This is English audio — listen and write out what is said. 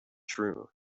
true